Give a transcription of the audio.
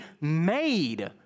made